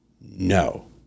No